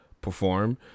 perform